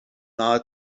nahe